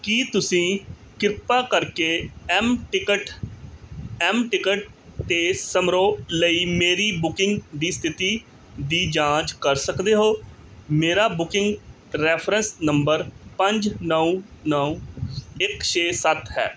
ਕੀ ਤੁਸੀਂ ਕਿਰਪਾ ਕਰਕੇ ਐਮ ਟਿਕਟ ਐਮ ਟਿਕਟ 'ਤੇ ਸਮਾਰੋਹ ਲਈ ਮੇਰੀ ਬੁਕਿੰਗ ਦੀ ਸਥਿਤੀ ਦੀ ਜਾਂਚ ਕਰ ਸਕਦੇ ਹੋ ਮੇਰਾ ਬੁਕਿੰਗ ਰੈਫਰੈਂਸ ਨੰਬਰ ਪੰਜ ਨੌਂ ਨੌਂ ਇੱਕ ਛੇ ਸੱਤ ਹੈ